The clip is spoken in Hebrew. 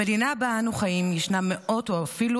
במדינה שבה אנחנו חיים יש מאות או אפילו